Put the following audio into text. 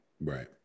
Right